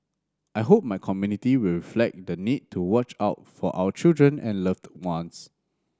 I hope my community will reflect the need to watch out for our children and loved ones